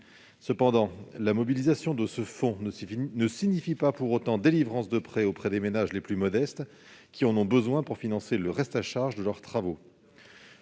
Cependant, la mobilisation de ce fonds ne signifie pas pour autant délivrance de prêts aux ménages les plus modestes, lesquels en ont pourtant besoin pour financer le reste à charge de leurs travaux.